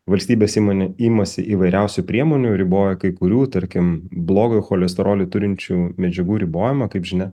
valstybės įmonė imasi įvairiausių priemonių riboja kai kurių tarkim blogojo cholesterolio turinčių medžiagų ribojimą kaip žinia